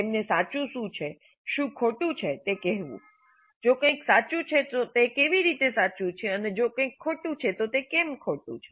તેમને સાચું શું છે શું ખોટું છે તે કહેવું જો કંઈક સાચું છે તો તે કેવી રીતે સાચું છે અને જો કંઈક ખોટું છે તો તે કેમ ખોટું છે